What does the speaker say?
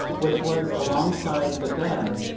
which was alongside the bed,